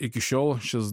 iki šiol šis